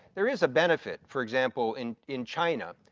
there is a benefit for example in in china,